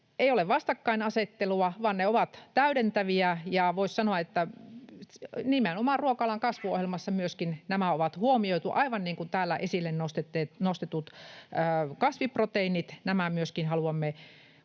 eivät ole vastakkainasettelua, vaan ne ovat täydentäviä. Voisi sanoa, että nimenomaan ruoka-alan kasvuohjelmassa myöskin nämä on huomioitu, aivan niin kuin täällä esille nostetut kasviproteiinit. Nämä myöskin haluamme